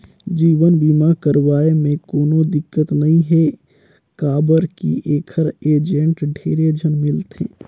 जीवन बीमा करवाये मे कोनो दिक्कत नइ हे काबर की ऐखर एजेंट ढेरे झन मिलथे